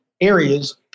areas